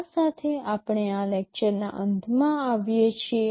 આ સાથે આપણે આ લેક્ચરના અંતમાં આવીએ છીએ